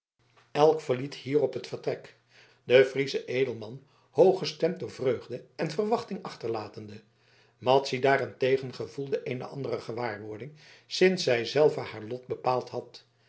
elk verliet hierop het vertrek den frieschen edelman hooggestemd door vreugde en verwachting achterlatende madzy daarentegen gevoelde eene andere gewaarwording sinds zij zelve haar lot bepaald had